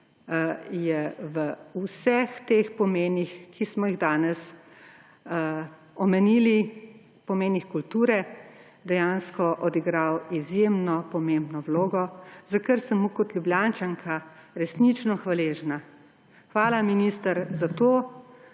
je v vseh teh pomenih, ki smo jih danes omenili, pomenih kulture, dejansko odigral izjemno pomembno vlogo, za kar sem mu kot Ljubljančanka resnično hvaležna. Hvala, minister, za to,